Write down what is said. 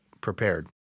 prepared